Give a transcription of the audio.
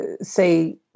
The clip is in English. say